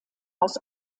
aus